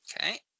Okay